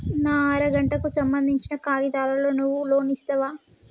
నా అర గంటకు సంబందించిన కాగితాలతో నువ్వు లోన్ ఇస్తవా?